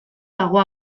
dago